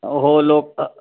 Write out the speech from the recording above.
हो लोक अ